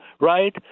right